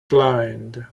blind